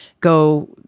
go